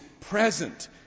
present